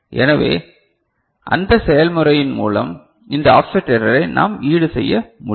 எனவே அந்த செயல்முறையின் மூலம் இந்த ஆஃப்செட் எரரை நாம் ஈடுசெய்ய முடியும்